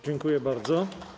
Dziękuję bardzo.